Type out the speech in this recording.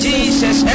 Jesus